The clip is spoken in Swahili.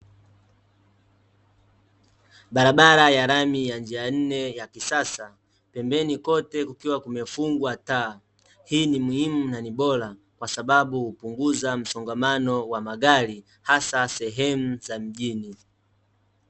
Barabara ya lami ya njia nne ya kisasa, pembeni kote kukiwa kumefungwa taa, hii ni muhimu na ni bora, kwasababu hupunguza msongamano wa magari, hasa sehemu za mjini.